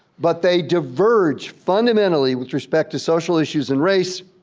but they diverge fundamentally with respect to social issues and race.